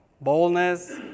boldness